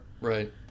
Right